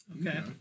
Okay